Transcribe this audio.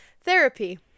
Therapy